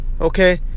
okay